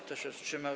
Kto się wstrzymał?